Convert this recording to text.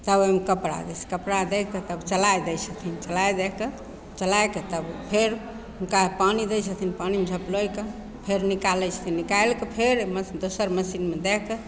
तब ओइमे कपड़ा दै छै कपड़ा दै के तब चलाय दै छथिन चलाय दै के चलाय कऽ तब फेर हुनका पानि दै छथिन पानि झपलाोइके फेर निकालय छथिन निकालि कऽ फेर ओइमे दोसर मशीनमे दए कऽ